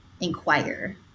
inquire